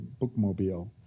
bookmobile